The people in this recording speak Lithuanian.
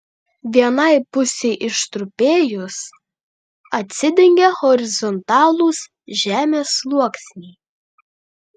vienai pusei ištrupėjus atsidengė horizontalūs žemės sluoksniai